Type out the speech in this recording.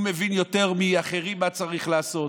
הוא מבין יותר מאחרים מה צריך לעשות,